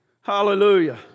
hallelujah